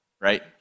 right